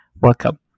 Welcome